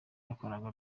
yakoraga